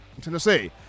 Tennessee